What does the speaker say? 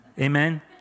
Amen